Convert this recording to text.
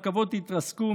רכבות התרסקו,